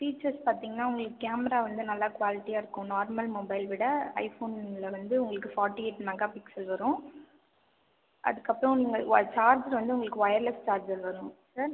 features பார்த்திங்கன்னா உங்களுக்கு camera வந்து நல்லா குவாலிட்டியாக இருக்கும் நார்மல் மொபைல் விட ஐ ஃபோனில் வந்து உங்களுக்கு ஃபார்ட்டிஎய்ட் மெகா பிக்சல் வரும் அதுக்கப்புறம் சார்ஜர் வந்து உங்களுக்கு ஒயர்லெஸ் சார்ஜர் வரும் சார்